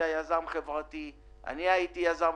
אני השתתפתי.